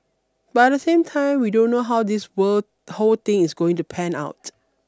but at the same time we don't know how this word whole thing is going to pan out